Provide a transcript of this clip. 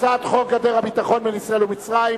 הצעת חוק גדר הביטחון בין ישראל ומצרים,